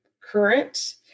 current